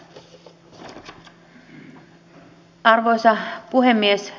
arvoisa puhemies